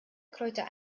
kräuter